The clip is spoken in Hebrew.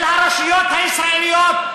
של הרשויות הישראליות,